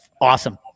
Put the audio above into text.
awesome